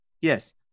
yes